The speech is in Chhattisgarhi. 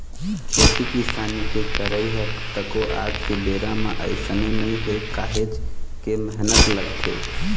खेती किसानी के करई ह तको आज के बेरा म अइसने नइ हे काहेच के मेहनत लगथे